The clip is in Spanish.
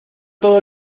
todo